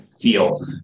feel